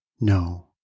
No